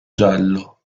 giallo